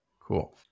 Cool